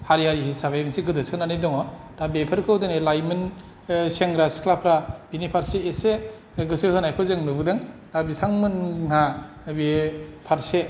हारियारि हिसाबै एसे गोदो सोनानै दं ङ दा बेफोरखौ दिनै लाइमोन सेंग्रा सिख्लाफ्रा बेनि फारसे इसे गोसो होनायखौ जों नुबोदों बिथां मोनहा बे फारसे